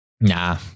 Nah